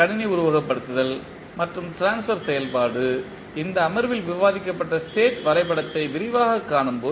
கணினி உருவகப்படுத்துதல் மற்றும் ட்ரான்ஸ்பர் செயல்பாடு இந்த அமர்வில் விவாதிக்கப்பட்ட ஸ்டேட் வரைபடத்தை விரிவாகக் காணும்போது